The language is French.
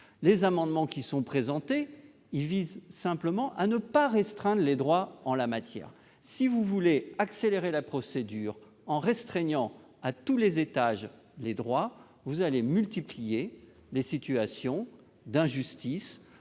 Les amendements qui sont présentés visent simplement à ne pas restreindre les droits en la matière. Si vous voulez accélérer la procédure en restreignant les droits à tous les étages, vous allez multiplier les situations d'injustice